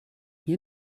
hier